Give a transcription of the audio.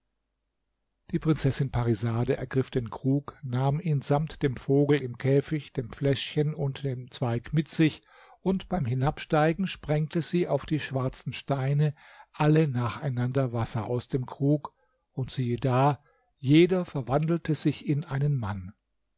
die prinzessin parisade ergriff den krug nahm ihn samt dem vogel im käfig dem fläschchen und dem zweig mit sich und beim hinabsteigen sprengte sie auf die schwarzen steine alle nacheinander wasser aus dem krug und siehe da jeder verwandelte sich in einen mann